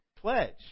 Pledge